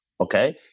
Okay